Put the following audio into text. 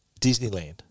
Disneyland